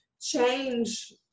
change